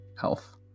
health